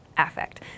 Affect